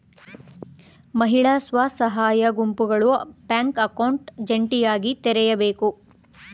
ಮಹಿಳಾ ಸ್ವಸಹಾಯ ಗುಂಪುಗಳು ಬ್ಯಾಂಕ್ ಅಕೌಂಟ್ ಜಂಟಿಯಾಗಿ ತೆರೆಯಬೇಕು